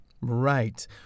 Right